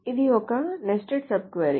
ఇది ఒక nested sub query